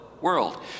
world